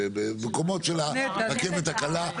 במקומות של הרכבת הקלה,